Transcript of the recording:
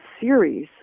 series